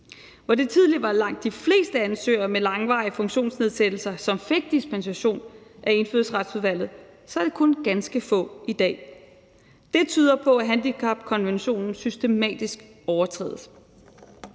Hvor det tidligere var langt de fleste ansøgere med langvarige funktionsnedsættelser, som fik dispensation af Indfødsretsudvalget, er det i dag kun ganske få. Det tyder på, at handicapkonventionen systematisk overtrædes.